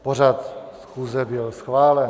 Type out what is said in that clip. Pořad schůze byl schválen.